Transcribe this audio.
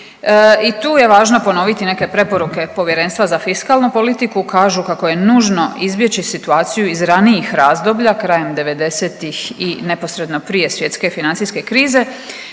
I tu je važno ponoviti neke preporuke Povjerenstva za fiskalnu politiku, kažu kako je nužno izbjeći situaciju iz ranijih razdoblja krajem devedesetih i neposredno prije svjetske financijske krize